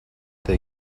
they